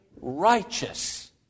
righteous